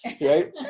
right